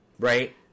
Right